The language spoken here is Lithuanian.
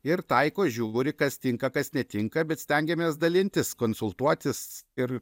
ir taiko žiūri kas tinka kas netinka bet stengiamės dalintis konsultuotis ir